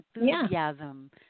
Enthusiasm